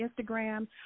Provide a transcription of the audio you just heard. Instagram